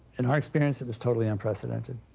in our experience, it was totally unprecedented,